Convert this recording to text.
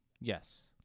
Yes